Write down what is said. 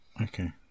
Okay